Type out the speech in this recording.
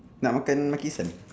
nak makan makisan